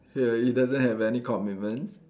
ya he doesn't have any commitments